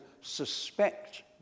suspect